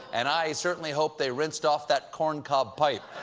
and i certainly hope they rinsed off that corn cob pipe.